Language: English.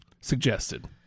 Suggested